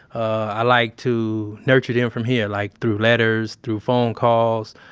i like to nurture them from here like through letters, through phone calls,